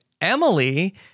Emily